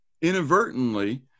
inadvertently